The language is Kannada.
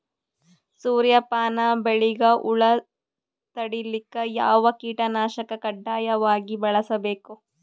ಸೂರ್ಯಪಾನ ಬೆಳಿಗ ಹುಳ ತಡಿಲಿಕ ಯಾವ ಕೀಟನಾಶಕ ಕಡ್ಡಾಯವಾಗಿ ಬಳಸಬೇಕು?